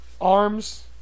Arms